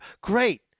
Great